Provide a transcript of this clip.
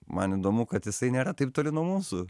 man įdomu kad jisai nėra taip toli nuo mūsų